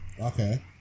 Okay